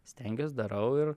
stengiuos darau ir